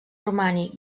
romànic